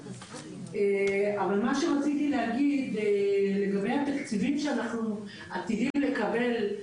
מה שרציתי להגיד לגבי התקציבים שאנחנו עתידים לקבל,